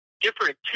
different